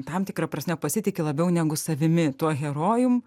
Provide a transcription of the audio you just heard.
tam tikra prasme pasitiki labiau negu savimi tuo herojum